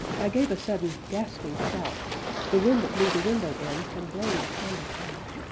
i gave a sudden gasping shout the wind that blew the window in had blown the candle out.